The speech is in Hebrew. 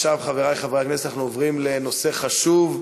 עכשיו, חברי חברי הכנסת, אנחנו עוברים לנושא חשוב,